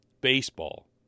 baseball